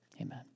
Amen